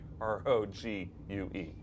R-O-G-U-E